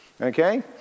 Okay